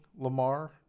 Lamar